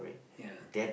ya